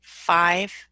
five